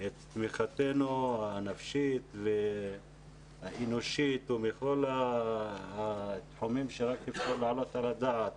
את תמיכתנו הנפשית והאנושית ובכל התחומים שרק אפשר להעלות על הדעת,